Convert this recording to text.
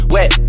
Wet